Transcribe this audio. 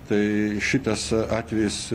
tai šitas atvejis